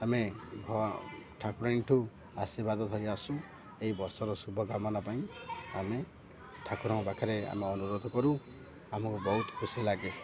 ଆମେ ଠାକୁରାଣୀ ଠୁ ଆଶୀର୍ବାଦ ଧରି ଆସୁ ଏଇ ବର୍ଷର ଶୁଭକାମନା ପାଇଁ ଆମେ ଠାକୁରଙ୍କ ପାଖରେ ଆମେ ଅନୁରୋଧ କରୁ ଆମକୁ ବହୁତ ଖୁସି ଲାଗେ